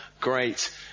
great